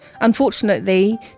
Unfortunately